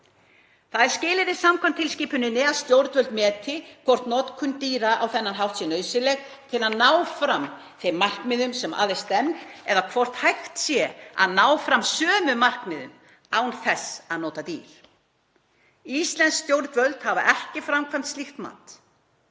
Það er skilyrði samkvæmt tilskipuninni að stjórnvöld meti hvort notkun dýra á þennan hátt sé nauðsynleg til að ná fram þeim markmiðum sem að er stefnt eða hvort hægt sé að ná fram sömu markmiðum án notkunar dýra. Íslensk stjórnvöld hafa ekki framkvæmt slíkt mat.